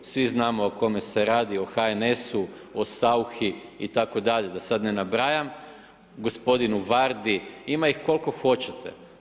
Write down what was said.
Svi znamo o kome se radi, o HNS-u, o Sauchi itd. da sada ne nabrajam, gospodinu Vardi, ima ih koliko hoćete.